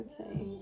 Okay